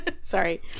sorry